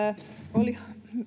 oli